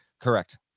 Correct